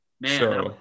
Man